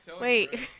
Wait